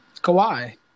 Kawhi